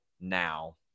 now